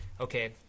okay